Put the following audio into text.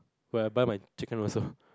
where I buy my chicken also